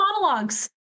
monologues